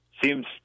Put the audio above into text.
seems